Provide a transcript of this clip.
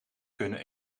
kunnen